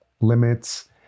limits